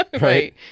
Right